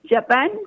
Japan